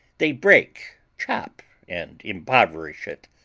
they break, chop, and impoverish it.